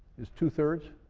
is two-thirds,